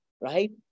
right